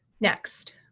next,